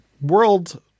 world